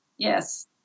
Yes